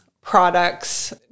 products